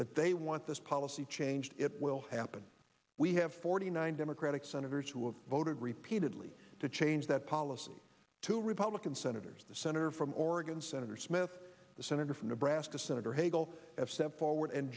that they want this policy changed it will happen we have forty nine democratic senators who have voted repeatedly to change that policy to republican senators the senator from oregon senator smith the senator from nebraska senator hagel of step forward and